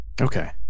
Okay